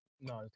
No